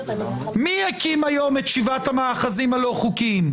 מי הקים היום את שבעת המאחזים הלא-חוקיים?